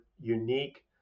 unique